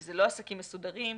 זה לא עסקים מסודרים,